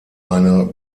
eine